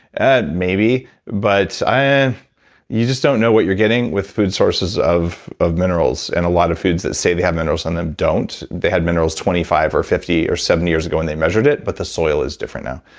and maybe but you just don't know what you're getting with food sources of of minerals, and a lot of foods that say they have minerals in them don't. they had minerals twenty five or fifty or seventy years ago when they measured it, but the soil is different now.